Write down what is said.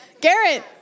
Garrett